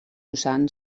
usant